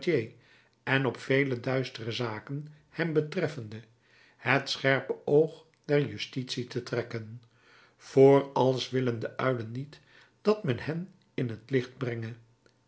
en op vele duistere zaken hem betreffende het scherpe oog der justitie te trekken vr alles willen de uilen niet dat men hen in t licht brenge